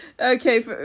Okay